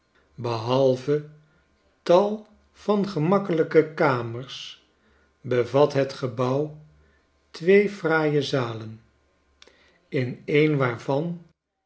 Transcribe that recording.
behalve tal van gemakkelyke kamers bevat het gebouw twee fraaie zalen in een waarvan